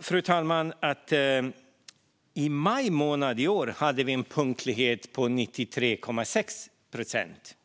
Fru talman! I maj månad i år hade vi en punktlighet på 93,6 procent.